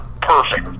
Perfect